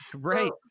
right